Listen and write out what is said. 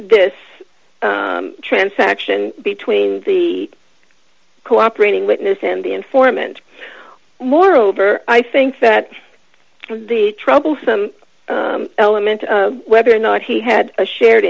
this transaction between the cooperating witness and the informant moreover i think that the troublesome element whether or not he had a shared